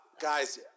Guys